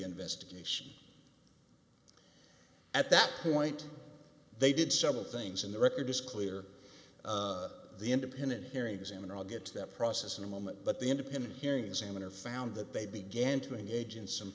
investigation at that point they did several things in the record is clear the independent hearing examiner i'll get to that process in a moment but the independent hearings and they're found that they began to engage in some